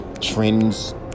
trends